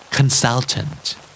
Consultant